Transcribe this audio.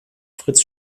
fritz